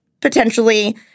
potentially